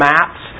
Maps